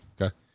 Okay